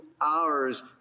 hours